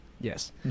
Yes